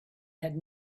had